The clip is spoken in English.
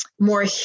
more